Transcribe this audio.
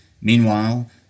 Meanwhile